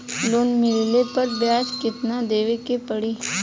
Loan मिलले पर ब्याज कितनादेवे के पड़ी?